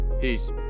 Peace